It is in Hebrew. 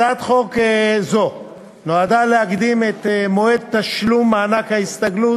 הצעת חוק זו נועדה להקדים את מועד תשלום מענק ההסתגלות